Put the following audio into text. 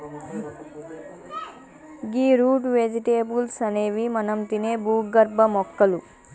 గీ root vegetables అనేవి మనం తినే భూగర్భ మొక్కలు